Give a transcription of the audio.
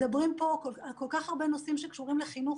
מדברים פה על כל כך הרבה נושאים שקשורים לחינוך